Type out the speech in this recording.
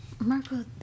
Marco